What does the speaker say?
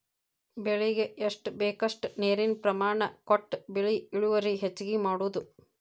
ಬೆಳಿಗೆ ಎಷ್ಟ ಬೇಕಷ್ಟ ನೇರಿನ ಪ್ರಮಾಣ ಕೊಟ್ಟ ಬೆಳಿ ಇಳುವರಿ ಹೆಚ್ಚಗಿ ಮಾಡುದು